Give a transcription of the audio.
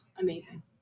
amazing